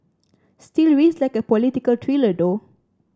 still reads like a political thriller though